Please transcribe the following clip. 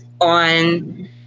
on